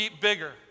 bigger